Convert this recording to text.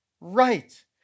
right